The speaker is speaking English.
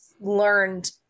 learned